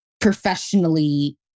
professionally